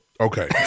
Okay